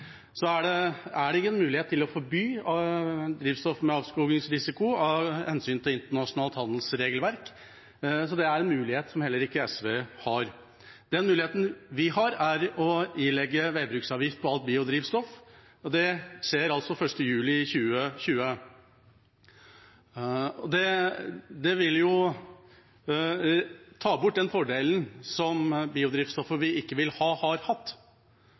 så SV har heller ikke den muligheten. Den muligheten vi har, er å ilegge veibruksavgift på alt biodrivstoff, og det skjer 1. juli 2020. Det vil ta bort den fordelen som biodrivstoffet vi ikke vil ha, har hatt.